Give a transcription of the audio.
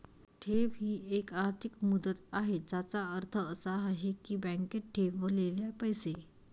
ठेव ही एक आर्थिक मुदत आहे ज्याचा अर्थ असा आहे की बँकेत ठेवलेले पैसे